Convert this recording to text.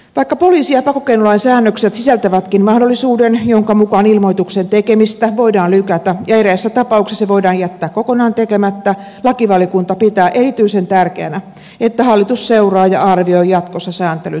vaikka poliisi ja pakkokeinolain säännökset sisältävätkin mahdollisuuden jonka mukaan ilmoituksen tekemistä voidaan lykätä ja eräissä tapauksissa voidaan jättää kokonaan tekemättä lakivaliokunta pitää erityisen tärkeänä että hallitus seuraa ja arvioi jatkossa sääntelyn toimivuutta